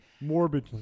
morbid